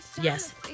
Yes